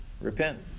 repent